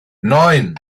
neun